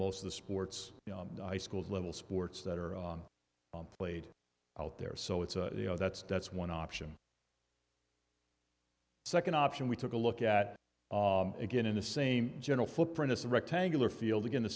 most of the sports school level sports that are played out there so it's a you know that's that's one option second option we took a look at again in the same general footprint as the rectangular field again the